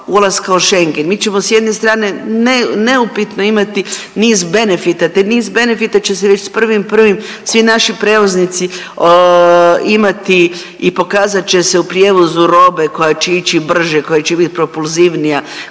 ulaska u Schengen mi ćemo s jedne strane neupitno imati niz benefita. Tih niz benefita će se već sa 1.1. svi naši prevoznici imati i pokazat će se u prijevozu robe koja će ići brže, koja će bit propulzivnija,